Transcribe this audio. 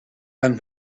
than